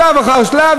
שלב אחר שלב,